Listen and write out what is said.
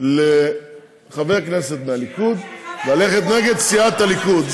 לחבר כנסת מהליכוד ללכת נגד סיעת הליכוד.